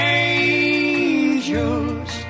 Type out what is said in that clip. angels